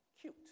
cute